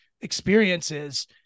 experiences